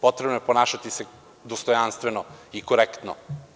Potrebno je ponašati se dostojanstveno i korektno.